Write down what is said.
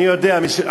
אני יודע,